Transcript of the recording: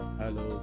hello